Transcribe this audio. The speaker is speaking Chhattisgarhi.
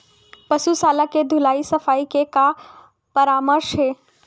पशु शाला के धुलाई सफाई के का परामर्श हे?